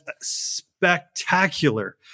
spectacular